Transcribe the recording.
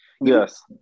yes